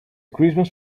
christmas